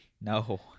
No